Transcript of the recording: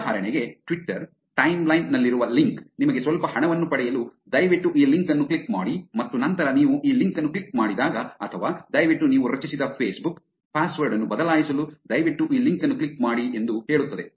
ಉದಾಹರಣೆಗೆ Twitter timeline ನಲ್ಲಿರುವ link ನಿಮಗೆ ಸ್ವಲ್ಪ ಹಣವನ್ನು ಪಡೆಯಲು ದಯವಿಟ್ಟು ಈ ಲಿಂಕ್ ಅನ್ನು ಕ್ಲಿಕ್ ಮಾಡಿ ಮತ್ತು ನಂತರ ನೀವು ಈ ಲಿಂಕ್ ಅನ್ನು ಕ್ಲಿಕ್ ಮಾಡಿದಾಗ ಅಥವಾ ದಯವಿಟ್ಟು ನೀವು ರಚಿಸಿದ ಫೇಸ್ಬುಕ್ ಪಾಸ್ವರ್ಡ್ ಅನ್ನು ಬದಲಾಯಿಸಲು ದಯವಿಟ್ಟು ಈ ಲಿಂಕ್ ಅನ್ನು ಕ್ಲಿಕ್ ಮಾಡಿ ಎಂದು ಹೇಳುತ್ತದೆ